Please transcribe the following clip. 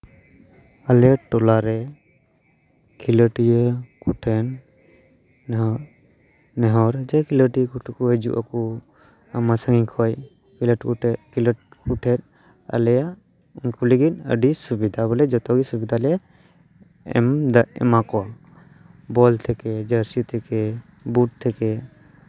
ᱟᱞᱮ ᱴᱚᱞᱟᱨᱮ ᱠᱷᱮᱞᱳᱰᱤᱭᱟᱹ ᱠᱚᱴᱷᱮᱱ ᱱᱚᱣᱟ ᱱᱮᱦᱚᱨ ᱡᱮ ᱠᱷᱮᱞᱳᱰᱤᱭᱟᱹ ᱠᱚ ᱦᱤᱡᱩᱜ ᱟᱠᱚ ᱟᱭᱢᱟ ᱥᱟᱺᱜᱤᱧ ᱠᱷᱚᱱ ᱠᱷᱮᱞᱳᱰ ᱠᱚᱴᱷᱮᱱ ᱠᱷᱮᱞᱳᱰ ᱠᱚᱴᱷᱮᱱ ᱟᱞᱮᱭᱟᱜ ᱩᱱᱠᱩ ᱞᱟᱹᱜᱤᱫ ᱟᱹᱰᱤ ᱥᱩᱵᱤᱫᱷᱟ ᱵᱚᱞᱮ ᱡᱚᱛᱚᱜᱮ ᱥᱩᱵᱤᱫᱷᱟᱞᱮ ᱮᱢᱫᱟ ᱮᱢᱟ ᱠᱚᱣᱟ ᱵᱚᱞ ᱛᱷᱮᱠᱮ ᱡᱟᱹᱨᱥᱤ ᱛᱷᱮᱠᱮ ᱵᱩᱴ ᱛᱷᱮᱠᱮ